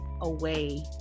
away